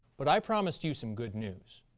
but, i promised you some good news.